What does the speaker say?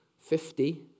Fifty